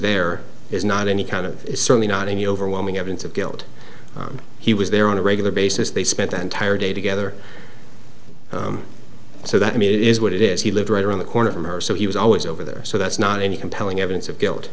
there is not any kind of certainly not any overwhelming evidence of guilt and he was there on a regular basis they spent the entire day together so that i mean it is what it is he lived right around the corner from her so he was always over there so that's not any compelling evidence of guilt